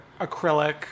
acrylic